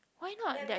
why not get